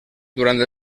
durant